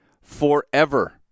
forever